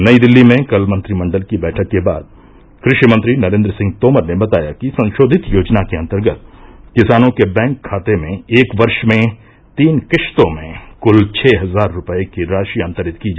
नई दिल्ली में कल मंत्रिमंडल की बैठक के बाद क्रषि मंत्री नरेन्द्र सिंह तोमर ने बताया कि संशोधित योजना के अंतर्गत किसानों के बैंक खाते में एक वर्ष में तीन किस्तों में क्ल छह हजार रुपये की राशि अंतरित की जाती है